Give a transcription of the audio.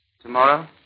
Tomorrow